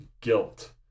guilt